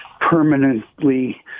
permanently